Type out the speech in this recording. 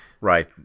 Right